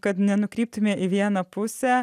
kad nenukryptume į vieną pusę